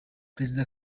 perezida